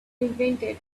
invented